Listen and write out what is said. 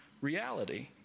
reality